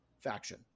faction